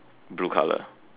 blue color